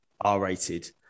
R-rated